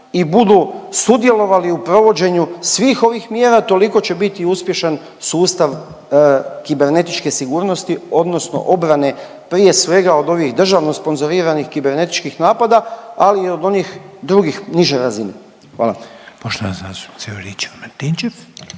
i budu sudjelovali u provođenju svih ovih mjera, toliko će biti i uspješan sustav kibernetičke sigurnosti, odnosno obrane, prije svega, od ovih državno sponzoriranih kibernetičkih napada, ali i od onih drugih, niže razine. Hvala.